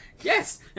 yes